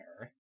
Earth